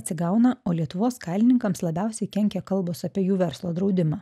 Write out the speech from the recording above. atsigauna o lietuvos kailininkams labiausiai kenkia kalbos apie jų verslo draudimą